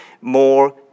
more